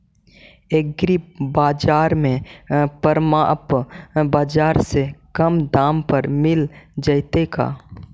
एग्रीबाजार में परमप बाजार से कम दाम पर मिल जैतै का?